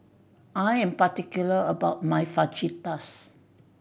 I am particular about my Fajitas